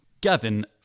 Gavin